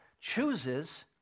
chooses